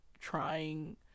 trying